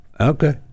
okay